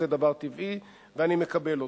זה דבר טבעי, ואני מקבל אותו.